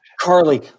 Carly